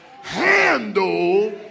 handle